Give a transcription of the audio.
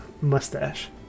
mustache